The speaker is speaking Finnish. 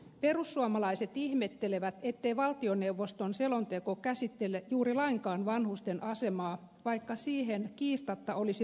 perussuomalaiset ihmettelevät ettei valtioneuvoston selonteko käsittele juuri lainkaan vanhusten asemaa vaikka siihen kiistatta olisi runsaasti aihetta